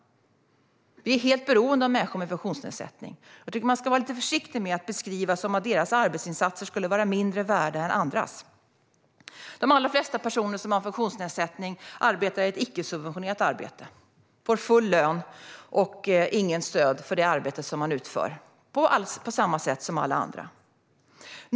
Vi är helt beroende av människor med funktionsnedsättning. Jag tycker att man ska vara lite försiktig med att beskriva det som om deras arbetsinsatser skulle vara mindre värda än andras. De allra flesta personer som har en funktionsnedsättning arbetar i ett icke subventionerat arbete. De får full lön och har inget stöd för det arbete som de utför, på samma sätt som alla andra.